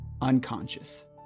unconscious